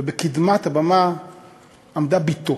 ובקדמת הבמה עמדה בתו,